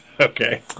Okay